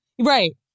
Right